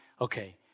okay